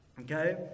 Okay